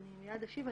אני מיד אשיב,